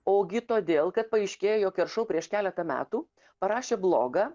ogi todėl kad paaiškėjo jog keršou prieš keletą metų parašė blogą